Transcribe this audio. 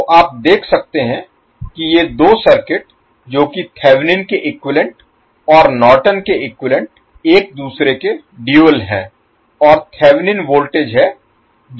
तो आप देख सकते हैं कि ये दो सर्किट जो कि थेवेनिन के इक्विवैलेन्ट हैं और नॉर्टन के इक्विवैलेन्ट एक दूसरे के ड्यूल हैं और थेवेनिन वोल्टेज है जो है